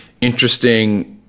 interesting